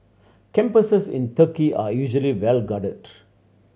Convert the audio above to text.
campuses in Turkey are usually well guarded